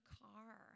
car